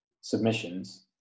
submissions